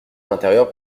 l’intérieur